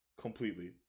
completely